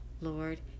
Lord